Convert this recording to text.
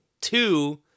two